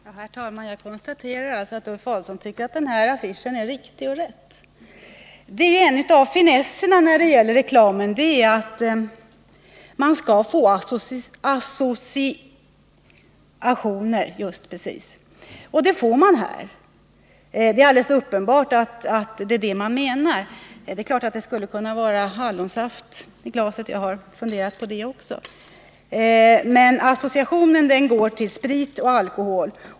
Herr talman! Jag konstaterar att Ulf Adelsohn tycker att den här affischen är rätt och riktig. Det är ju en av finesserna med reklam att den skall ge associationer, och associationer får man av den här affischen. Det är alldeles uppenbart att det är avsikten. Det är klart att det skulle kunna vara hallonsaft i glaset — jag har funderat på det också, men associationen går till sprit och alkohol.